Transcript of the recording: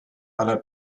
aller